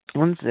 हुन्छ